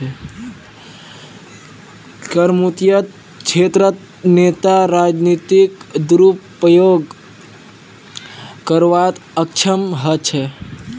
करमुक्त क्षेत्रत नेता राजनीतिक दुरुपयोग करवात अक्षम ह छेक